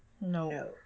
No